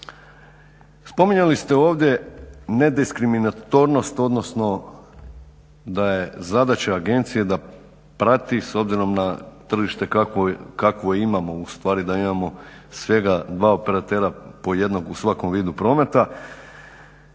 Spominjali ste ovdje nediskriminatornost, odnosno da je zadaća agencije da prati s obzirom na tržište kakvo imamo, u stvari da imamo svega dva operatera po jednog u svakom vidu prometa.